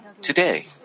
today